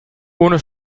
ohne